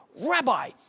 Rabbi